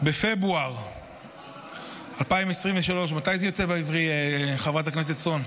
בפברואר 2023, מתי זה יוצא בעברי, חברת הכנסת סון?